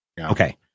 Okay